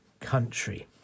country